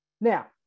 Now